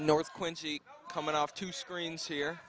north quincy coming off two screens here